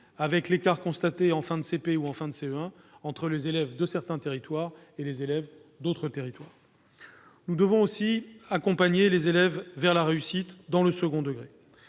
avec l'écart constaté en fin de CP ou en fin de CE1 entre les élèves de certains territoires et les élèves d'autres territoires. Nous devons aussi accompagner les élèves vers la réussite dans le second degré.